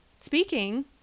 speaking